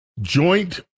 Joint